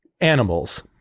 animals